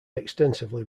extensively